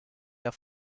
der